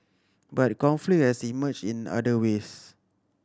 but conflict has emerged in other ways